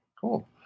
cool